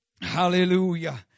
Hallelujah